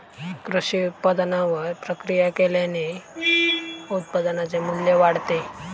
कृषी उत्पादनावर प्रक्रिया केल्याने उत्पादनाचे मू्ल्य वाढते